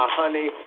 honey